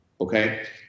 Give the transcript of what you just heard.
okay